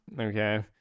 Okay